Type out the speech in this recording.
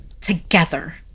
together